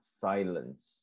silence